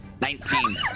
Nineteen